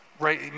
right